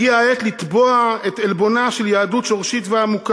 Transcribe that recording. הגיעה העת לתבוע את עלבונה של יהדות שורשית ועמוקה.